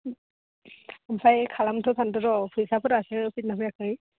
ओमफ्राय खालामनोथ' सान्दोंर' फैसाफोरासो फैदोंना फैयाखै